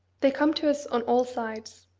they come to us on all sides,